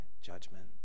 judgment